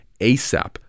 ASAP